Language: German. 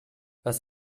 was